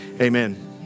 Amen